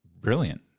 brilliant